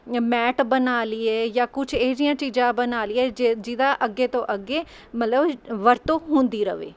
mat ਬਣਾ ਲਈਏ ਜਾਂ ਕੁੱਛ ਏਹੇ ਜਹੀਆਂ ਚੀਜ਼ਾਂ ਬਣਾ ਲਈਏ ਜ ਜਿਹਦਾ ਅੱਗੇ ਤੋਂ ਅੱਗੇ ਮਤਲਬ ਵਰਤੋਂ ਹੁੰਦੀ ਰਹੇ